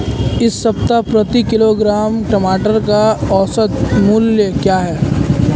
इस सप्ताह प्रति किलोग्राम टमाटर का औसत मूल्य क्या है?